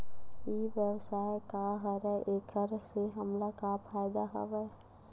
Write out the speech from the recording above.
ई व्यवसाय का हरय एखर से हमला का फ़ायदा हवय?